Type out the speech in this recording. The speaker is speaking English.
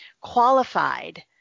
qualified